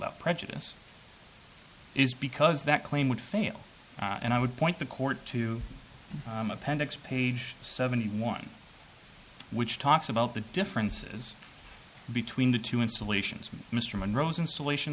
without prejudice is because that claim would fail and i would point the court to appendix page seventy one which talks about the differences between the two installations mr monroe's installation